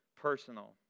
personal